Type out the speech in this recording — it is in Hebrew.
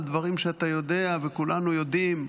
על דברים שאתה יודע וכולנו יודעים,